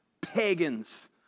pagans